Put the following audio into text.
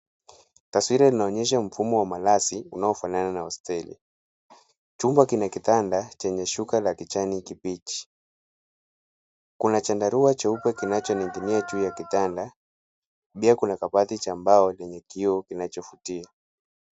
Taswira inaonyesha mfumo wa malazi unaofanana na hosteli. Chumba chenye kitanda chenye shuka ya kijani kibichi. Kuna chandarua cheupe kinachoning'inia juu ya kitanda pia kuna kabati cha mbao chenye kioo kinachovutia.